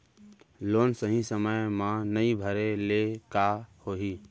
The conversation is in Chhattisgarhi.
लोन सही समय मा नई भरे ले का होही?